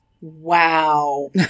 Wow